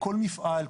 כל מפעל,